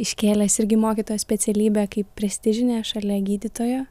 iškėlęs irgi mokytojo specialybę kaip prestižinę šalia gydytojo